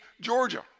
Georgia